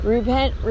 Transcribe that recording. Repent